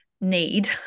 need